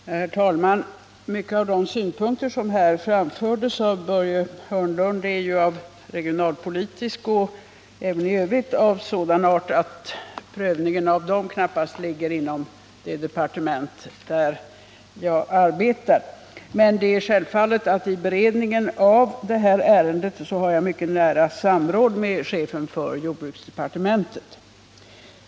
Herr talman! Många av de synpunkter som här framfördes av Börje Hörnlund är av regionalpolitiskt slag och även i övrigt av sådan art att prövningen av dem knappast ligger inom det departement där jag arbetar, men självfallet har jag vid beredningen av detta ärende mycket nära samråd med chefen för jordbruksdepartementet.